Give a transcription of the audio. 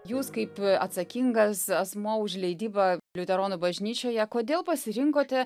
jūs kaip atsakingas asmuo už leidybą liuteronų bažnyčioje kodėl pasirinkote